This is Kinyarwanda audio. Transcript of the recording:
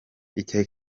icya